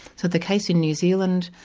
so the case in new zealand,